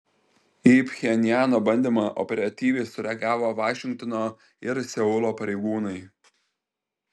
į pchenjano bandymą operatyviai sureagavo vašingtono ir seulo pareigūnai